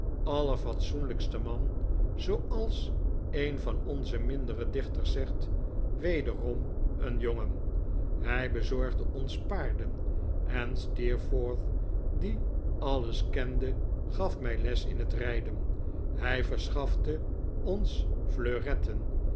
allerfatsoenlijksten man zooals een van onze mindere dichters zegt wederom een jongen hij bezorgde ons paarden en steerforth die alles kende gaf mij les in het rijden hij verschafte ons